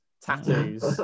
tattoos